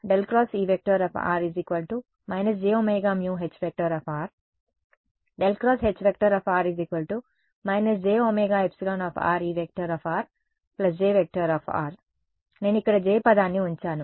∇× E −j ωμH ∇× H −j ωε E J నేను ఇక్కడ J పదాన్ని ఉంచాను